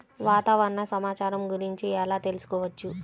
వాతావరణ సమాచారం గురించి ఎలా తెలుసుకోవచ్చు?